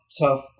tough